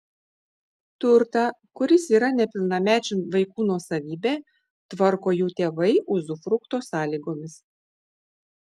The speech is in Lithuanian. turtą kuris yra nepilnamečių vaikų nuosavybė tvarko jų tėvai uzufrukto sąlygomis